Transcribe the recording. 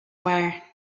wire